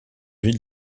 ville